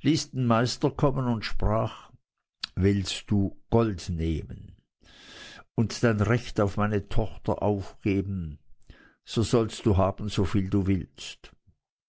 ließ den meister kommen und sprach willst du gold nehmen und dein recht auf meine tochter aufgeben so sollst du haben soviel du willst